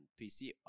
PC